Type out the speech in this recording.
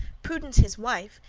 prudence his wife,